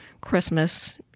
Christmas